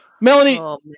Melanie